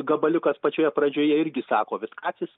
gabaliukas pačioje pradžioje irgi sako vitkacis